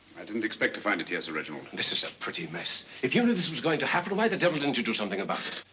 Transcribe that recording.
i didn't expect to find here, sir reginald. this is a pretty mess. if you knew this was going to happen why the devil didn't you do something about it?